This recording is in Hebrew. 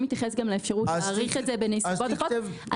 מתייחס גם לאפשרות להאריך את זה בנסיבות אחרות.